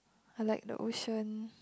I like the ocean